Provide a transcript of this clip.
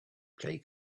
play